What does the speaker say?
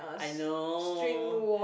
I know